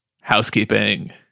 housekeeping